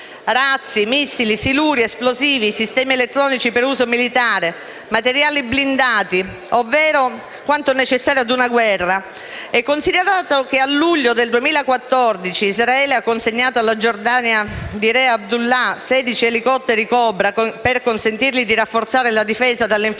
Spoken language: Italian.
razzi, missili, siluri, esplosivi, sistemi elettronici per uso militare, materiali blindati, ovvero quanto necessario a una guerra, e considerato che a luglio 2014 Israele ha consegnato alla Giordania di re Abdullah 16 elicotteri Cobra per consentirgli di rafforzare la difesa dalle infiltrazioni